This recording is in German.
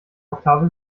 oktave